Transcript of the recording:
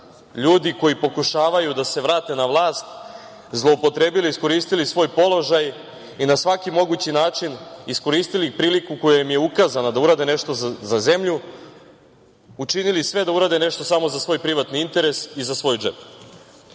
ljudi koji pokušavaju da se vrate na vlast zloupotrebili i iskoristili svoj položaj i na svaki mogući način iskoristili priliku koja im je ukazana da urade nešto za zemlju, učinili sve da urade nešto samo za svoj privatni interes i za svoj